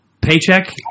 Paycheck